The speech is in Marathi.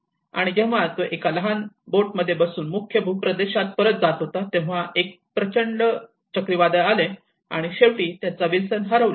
आणि जेव्हा तो एका लहान बोटमध्ये बसून मुख्य भूप्रदेशात परत जात होता तेव्हा एक प्रचंड चक्रीवादळ आले आणि शेवटी त्याचा विल्सन हरवला